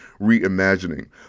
Reimagining